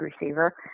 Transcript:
receiver